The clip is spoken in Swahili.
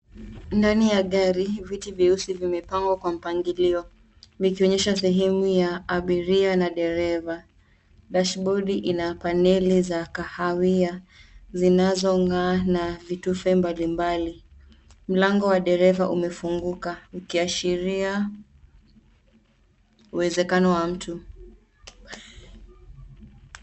Ndani ya gari, vitu vyeusi vimepangwa kwa mpangilio, vikionyesha sehemu ya abiria na dereva. Dashbodi ina paneli za kahawia, zinazong'aa na vitufe mbalimbali. Mlango wa dereva umefunguka, ukiashiria uwezekano wa mtu.